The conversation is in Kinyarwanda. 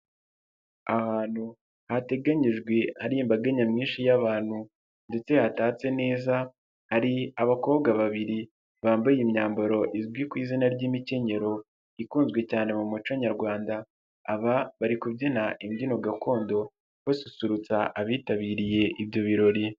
Ahantu hateganyijwe hari imbaga nyamwinshi y'abantu ndetse hatatse neza, hari abakobwa babiri bambaye imyambaro izwi ku izina ry'imikenyerero ikunzwe cyane mu muco nyarwanda, aba bari kubyina imbyino gakondo, basusurutsa abitabiriye ibyo birori.